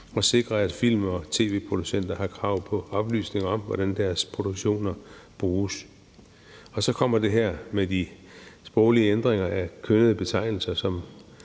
og sikre, at film- og tv-producenter har krav på oplysninger om, hvordan deres produktioner bruges. Så kommer det her med de sproglige ændringer af kønnede betegnelser